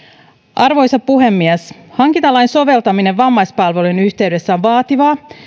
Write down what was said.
arvoisa puhemies hankintalain soveltaminen vammaispalvelujen yhteydessä on vaativaa